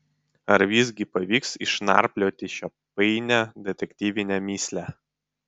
ar visgi pavyks išnarplioti šią painią detektyvinę mįslę